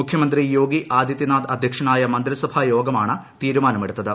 മുഖ്യമന്ത്രി യോഗി ആദിത്യനാഥ് അദ്ധ്യക്ഷനായ മന്ത്രിസഭാ യോഗമാണ് തീരുമാനം പ്എടുത്തത്